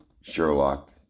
Sherlock